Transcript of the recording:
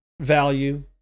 value